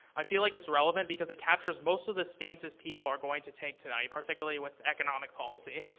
i feel like it's relevant because it captures most of the stances people are going to take today, particularly with economic policy.